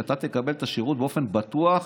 שאתה תקבל את השירות באופן בטוח,